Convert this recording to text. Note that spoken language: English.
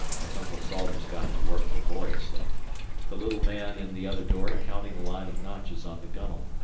as uncle salters got to work laboriously the little man in the other dory counting a line of notches on the gunwale.